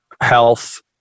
health